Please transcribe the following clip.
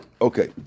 Okay